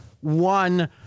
one